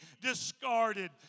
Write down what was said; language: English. discarded